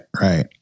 Right